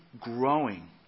growing